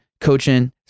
coaching